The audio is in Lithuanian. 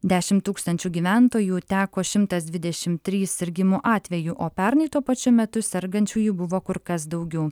dešimt tūkstančių gyventojų teko šimtas dvidešimt trys sirgimo atvejų o pernai tuo pačiu metu sergančiųjų buvo kur kas daugiau